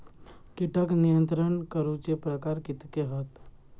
कीटक नियंत्रण करूचे प्रकार कितके हत?